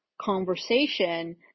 conversation